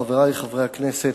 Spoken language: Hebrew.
חברי חברי הכנסת,